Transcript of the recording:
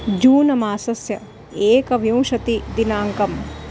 जूनमासस्य एकविंशतिदिनाङ्कः